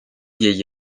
vieil